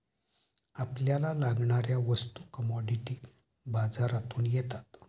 आपल्याला लागणाऱ्या वस्तू कमॉडिटी बाजारातून येतात